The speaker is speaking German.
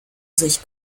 sich